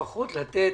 לפחות לתת